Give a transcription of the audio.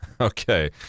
Okay